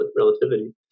relativity